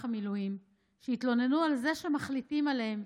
המילואים שהתלוננו על זה שמחליטים עליהן,